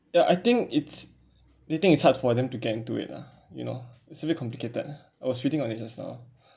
ya I think it's the thing it's hard for them to get into it lah you know it's a bit complicated ah I was reading on it just now